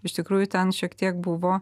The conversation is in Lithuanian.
iš tikrųjų ten šiek tiek buvo